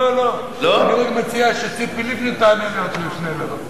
לא, לא, אני רק מציע שציפי תענה לעתני שנלר.